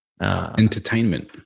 Entertainment